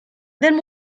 then